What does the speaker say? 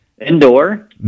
Indoor